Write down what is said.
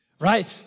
Right